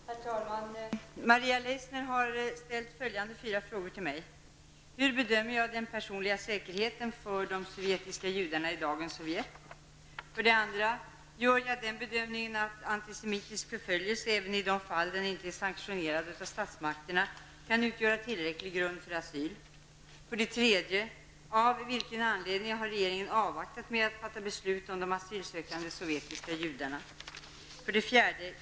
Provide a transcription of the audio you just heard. Herr talman! Maria Leissner har ställt följande fyra frågor till mig. 1. Hur bedömer jag den personliga säkerheten för de sovjetiska judarna i dagens Sovjet? 2. Gör jag den bedömningen att antisemitisk förföljelse, även i de fall den inte är sanktionerad av statsmakterna, kan utgöra tillräcklig grund för asyl? 3. Av vilken anledning har regeringen avvaktat med att fatta beslut om de asylsökande sovjetiska judarna? 4.